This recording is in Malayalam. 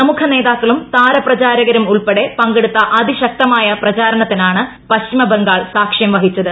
പ്രമുഖ നേതാക്കളും താരപ്രചാരകരും ഉൾപ്പെടെ പങ്കെ ടുത്ത അതിശക്തമായ പ്രചാരണത്തിനാണ് പശ്ചിമബംഗാൾ സാക്ഷ്യം വഹിച്ചത്